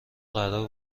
قرار